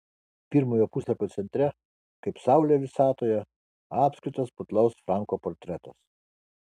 pirmojo puslapio centre kaip saulė visatoje apskritas putlaus franko portretas